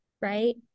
right